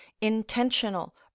intentional